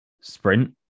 sprint